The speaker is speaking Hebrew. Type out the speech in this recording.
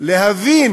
להבין